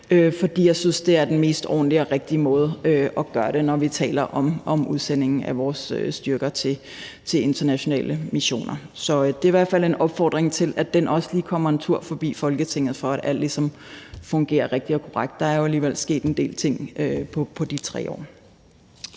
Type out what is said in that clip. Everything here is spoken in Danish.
for jeg synes, det er den mest ordentlige og rigtige måde at gøre det på, når vi taler om udsending af vores styrker til internationale missioner. Så det er i hvert fald en opfordring til, at den også lige kommer en tur forbi Folketinget, for at alt ligesom fungerer rigtigt og korrekt. Der er jo alligevel sket en del ting på de 3 år.